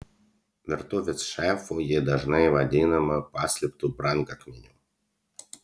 virtuvės šefų ji dažnai vadinama paslėptu brangakmeniu